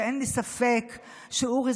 שאין לי ספק שאורי,